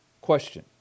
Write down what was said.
question